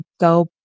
go